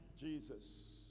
Jesus